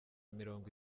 mirongo